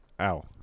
Ow